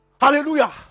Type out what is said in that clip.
Hallelujah